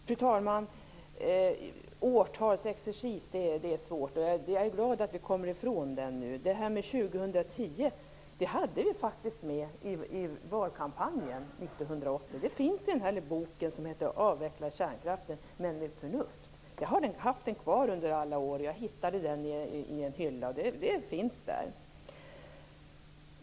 Fru talman! Årtalsexercis har jag svårt för. Jag är glad att vi kommer ifrån det nu. Det här med 2010 hade vi faktiskt med i valkampanjen 1980. Det finns med i boken Avveckla kärnkraften, men med förnuft. Jag har haft den kvar under alla år, och jag hittade den i en hylla nu.